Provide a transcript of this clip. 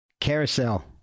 carousel